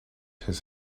his